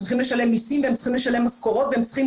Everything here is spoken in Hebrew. צריכים לשלם מיסים והם צריכים לשלם משכורות והם צריכים